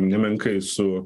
nemenkai su